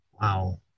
Wow